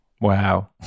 Wow